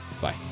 Bye